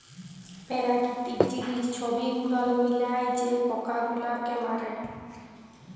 পেরাকিতিক জিলিস ছব গুলাল মিলায় যে পকা গুলালকে মারে